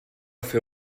fer